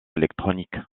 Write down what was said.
électroniques